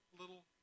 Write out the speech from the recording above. little